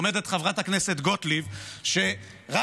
חברת הכנסת יוליה מלינובסקי, חברך רוצה לדבר.